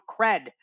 cred